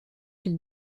qu’il